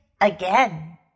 again